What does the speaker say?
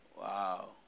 Wow